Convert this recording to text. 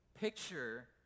picture